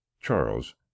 Charles